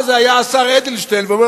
אז היה השר אדלשטיין ואומר,